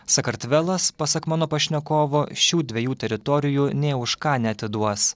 sakartvelas pasak mano pašnekovo šių dviejų teritorijų nė už ką neatiduos